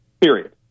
Period